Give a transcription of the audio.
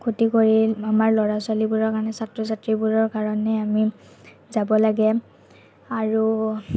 ক্ষতি কৰি আমাৰ ল'ৰা ছোৱালীবোৰৰ কাৰণে ছাত্ৰ ছাত্ৰীবোৰৰ কাৰণে আমি যাব লাগে আৰু